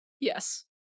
Yes